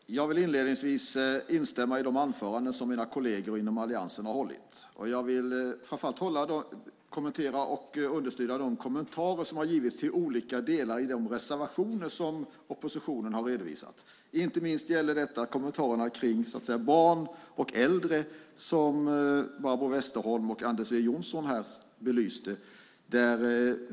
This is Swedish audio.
Herr talman! Jag vill inledningsvis instämma i de anföranden som mina kolleger inom Alliansen har hållit. Jag vill framför allt kommentera och understryka de kommentarer som har givits till olika delar av de reservationer som oppositionen har redovisat. Det gäller inte minst kommentarerna till det som rör barn och äldre som Barbro Westerholm och Anders W Jonsson här belyste.